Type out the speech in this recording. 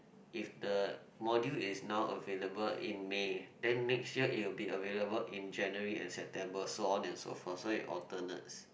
if the module is not available in May then next year it will be available in January and September so on and so forth so it alternates